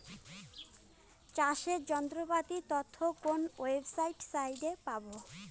চাষের যন্ত্রপাতির তথ্য কোন ওয়েবসাইট সাইটে পাব?